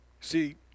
See